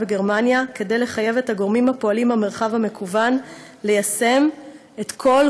וגרמניה כדי לחייב את הגורמים הפועלים במרחב המקוון ליישם את כל